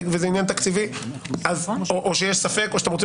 וזה עניין תקציבי ויש ספק או שאתם רוצים